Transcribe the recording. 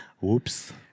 Whoops